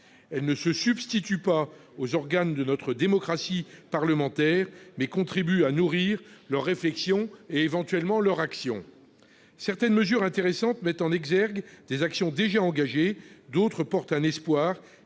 Elle ne se substitue pas aux organes de notre démocratie parlementaire, mais contribue à nourrir leur réflexion et, éventuellement, leur action. Certaines mesures intéressantes mettent en exergue des actions déjà engagées. D'autres portent un espoir